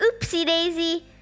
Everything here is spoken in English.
oopsie-daisy